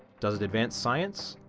does it advance science?